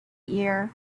year